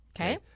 okay